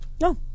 No